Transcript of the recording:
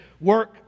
work